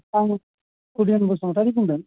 आं कुदिन बसुमतारि बुंदों